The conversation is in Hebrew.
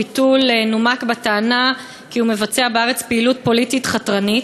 הביטול נומק בטענה כי הוא מבצע בארץ פעילות פוליטית חתרנית.